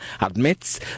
admits